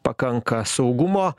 pakanka saugumo